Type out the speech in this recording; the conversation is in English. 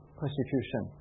persecution